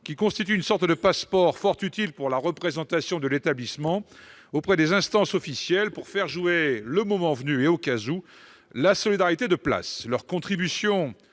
qui constituent une sorte de passeport fort utile pour la représentation de l'établissement auprès des instances officielles, pour faire jouer, le moment venu et au cas où, la solidarité de place. Leur contribution